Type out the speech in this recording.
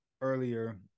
earlier